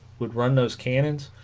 would run those cannons